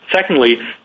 Secondly